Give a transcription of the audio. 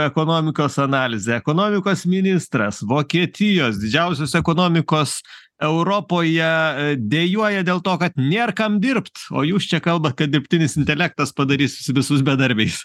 ekonomikos analizę ekonomikos ministras vokietijos didžiausios ekonomikos europoje dejuoja dėl to kad nėr kam dirbt o jūs čia kalbat kad dirbtinis intelektas padarys visus bedarbiais